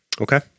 Okay